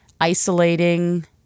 isolating